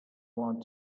want